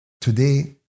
today